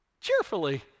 cheerfully